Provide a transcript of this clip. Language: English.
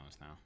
now